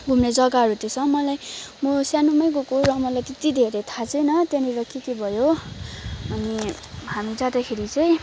घुम्ने जग्गाहरू थिएछ मलाई म सानैमा गएको र मलाई त्यत्ति धेरै थाहा छैन त्यहाँनिर के के भयो अनि हामी जाँदाखेरि चाहिँ